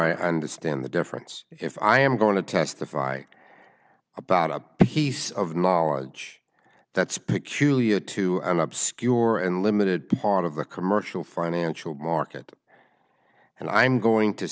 i understand the difference if i am going to testify about a piece of knowledge that's peculiar to an obscure and limited part of the commercial financial market and i'm going to